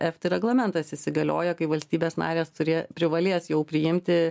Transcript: efta reglamentas įsigalioja kai valstybės narės turi privalės jau priimti